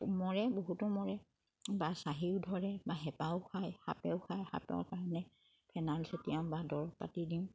মৰে বহুতো মৰে বা চাহীও ধৰে বা হেপাইও খায় সাপেও খায় সাপৰ কাৰণে ফেনাইল চটিয়াওঁ বা দৰৱ পাতি দিওঁ